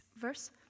verse